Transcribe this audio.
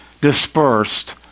dispersed